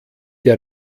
der